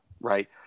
right